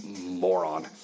moron